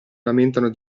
lamentano